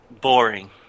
Boring